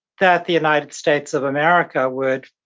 that the united states of america would,